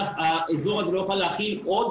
האזור הזה לא יוכל להכיל עוד